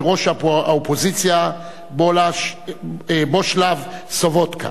וראש האופוזיציה בושלאב סובוטקה.